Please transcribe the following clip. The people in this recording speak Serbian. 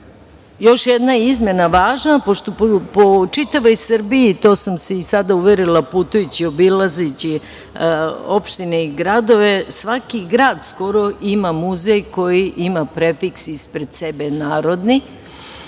jedna izmena važna, pošto po čitavoj Srbiji, to sam se i sada uverila putujući, obilazeći opštine i gradove, svaki grad skoro ima muzej koji ima prefiks ispred sebe – narodni,